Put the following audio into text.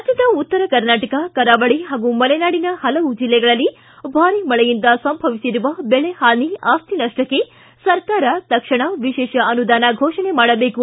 ರಾಜ್ಞದ ಉತ್ತರ ಕರ್ನಾಟಕ ಕರಾವಳಿ ಹಾಗೂ ಮಲೆನಾಡಿನ ಹಲವು ಜಿಲ್ಲೆಗಳಲ್ಲಿ ಭಾರಿ ಮಳೆಯಿಂದ ಸಂಭವಿಸಿರುವ ಬೆಳೆ ಹಾನಿ ಆಸ್ತಿ ನಷ್ಷಕ್ಷೆ ಸರ್ಕಾರ ತಕ್ಷಣ ವಿಶೇಷ ಅನುದಾನ ಘೋಷಣೆ ಮಾಡಬೇಕು